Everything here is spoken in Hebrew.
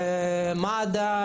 מד"א,